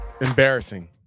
Embarrassing